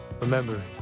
Remember